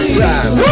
time